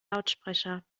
lautsprecher